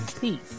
Peace